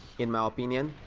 in my opinion,